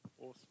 Awesome